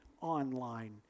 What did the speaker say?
online